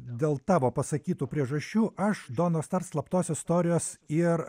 dėl tavo pasakytų priežasčių aš donos stars slaptos istorijos ir